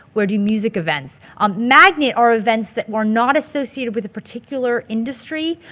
where do music events? um magnet are events that were not associated with a particular industry,